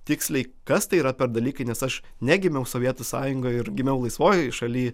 tiksliai kas tai yra per dalykai nes aš negimiau sovietų sąjungoj ir gimiau laisvoj šaly